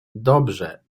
dobrze